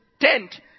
tent